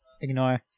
ignore